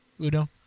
Udo